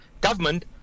government